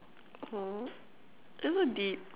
!aww! it's so deep